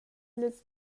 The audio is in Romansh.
las